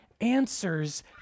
answers